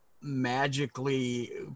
magically